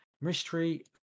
Mystery